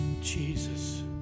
Jesus